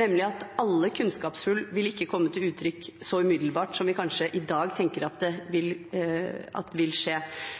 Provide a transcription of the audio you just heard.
nemlig at alle kunnskapshull vil ikke komme til uttrykk så umiddelbart som vi kanskje i dag tenker at vil skje. Det kan tenkes at det i år framover vil